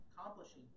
accomplishing